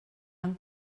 han